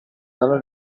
dalla